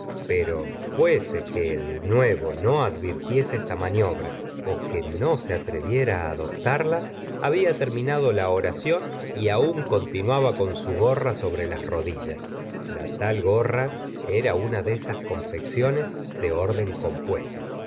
pero fuese que el nuevo no advirtiese esta maniobra ó que no se atreviela señora de bovary ra a adoptarla había terminado la oración y aún continuaba con su gorra sobre las rodillas la tal gorra era una de esas confecciones de orden compuesto